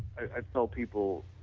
i tell people